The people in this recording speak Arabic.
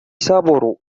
سابورو